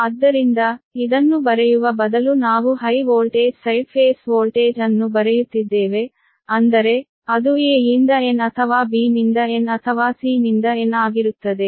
ಆದ್ದರಿಂದ ಇದನ್ನು ಬರೆಯುವ ಬದಲು ನಾವು high voltage side phase voltage ಅನ್ನು ಬರೆಯುತ್ತಿದ್ದೇವೆ ಅಂದರೆ ಅದು A ಯಿಂದ N ಅಥವಾ B ನಿಂದ N ಅಥವಾ C ನಿಂದ N ಆಗಿರುತ್ತದೆ